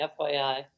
FYI